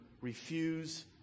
refuse